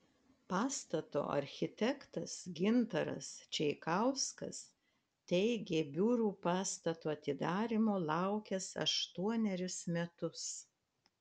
pastato architektas gintaras čeikauskas teigė biurų pastato atidarymo laukęs aštuonerius metus